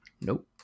Nope